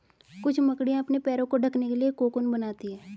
कुछ मकड़ियाँ अपने पैरों को ढकने के लिए कोकून बनाती हैं